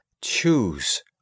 choose